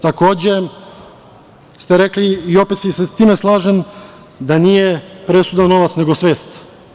Takođe ste rekli i ja se i sa time slažem, da nije presudan novac nego svest.